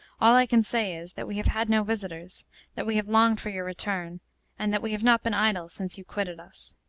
all i can say is, that we have had no visitors that we have longed for your return and that we have not been idle since you quitted us.